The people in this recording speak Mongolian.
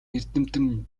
эрдэмтэн